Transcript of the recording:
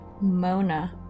Mona